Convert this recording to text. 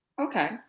Okay